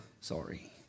sorry